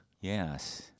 Yes